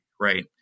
right